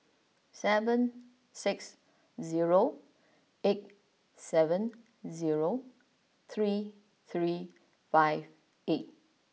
seven six zero eight seven zero three three five eight